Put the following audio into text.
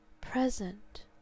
present